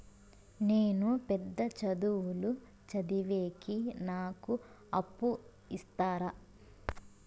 నేను పెద్ద చదువులు చదివేకి నాకు అప్పు ఇస్తారా